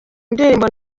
ndirimbo